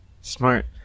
Smart